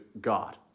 God